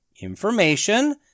information